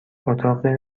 اتاق